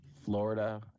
Florida